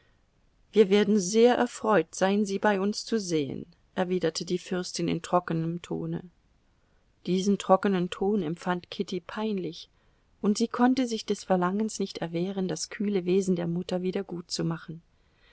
wir werden sehr erfreut sein sie bei uns zu sehen erwiderte die fürstin in trockenem tone diesen trockenen ton empfand kitty peinlich und sie konnte sich des verlangens nicht erwehren das kühle wesen der mutter